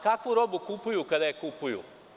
Kakvu robu kupuju kada je kupuju?